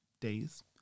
days